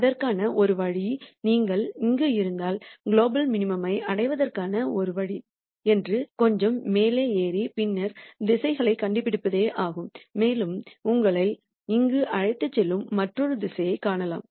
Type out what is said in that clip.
அதற்கான ஒரே வழி நீங்கள் இங்கு இருந்தால் குலோபல் மினிமம்ஐ அடைவதற்கான ஒரே வழி இன்னும் கொஞ்சம் மேலே ஏறி பின்னர் திசைகளைக் கண்டுபிடிப்பதே ஆகும் மேலும் உங்களை இங்கு அழைத்துச் செல்லும் மற்றொரு திசையைக் காணலாம்